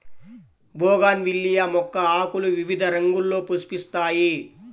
bougainvillea మొక్క ఆకులు వివిధ రంగుల్లో పుష్పిస్తాయి